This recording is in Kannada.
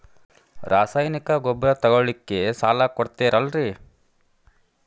ರಾಸಾಯನಿಕ ಗೊಬ್ಬರ ತಗೊಳ್ಳಿಕ್ಕೆ ಸಾಲ ಕೊಡ್ತೇರಲ್ರೇ?